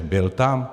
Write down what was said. Byl tam?